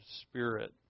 spirit